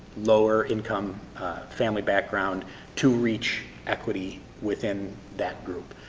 lower income family background to reach equity within that group.